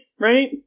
right